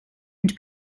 and